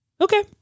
Okay